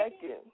second